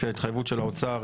לפי ההתחייבות של האוצר,